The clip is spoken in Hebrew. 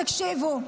תקשיבו,